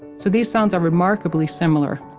so these sounds are remarkably similar